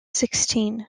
sixteen